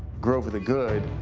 grover the good,